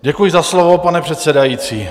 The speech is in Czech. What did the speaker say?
Děkuji za slovo, pane předsedající.